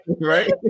right